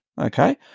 Okay